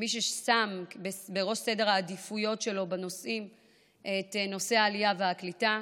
כמי ששם בראש סדר העדיפויות שלו את נושא העלייה והקליטה.